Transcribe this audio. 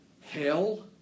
hell